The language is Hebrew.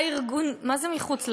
הארגונים האלה מחוץ לחוק.